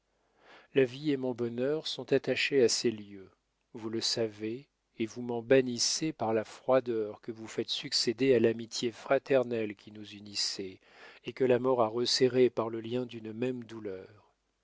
ma vie et mon bonheur sont attachés à ces lieux vous le savez et vous m'en bannissez par la froideur que vous faites succéder à l'amitié fraternelle qui nous unissait et que la mort a resserrée par le lien d'une même douleur